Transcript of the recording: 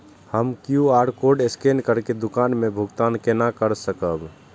हम QR code scan करके दुकान में भुगतान केना कर सकब?